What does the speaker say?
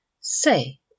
Say